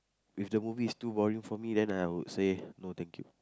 if the movie is too boring for me then I would say no thank you